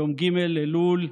ג' באלול,